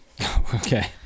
Okay